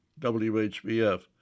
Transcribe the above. WHBF